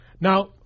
now